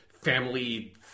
family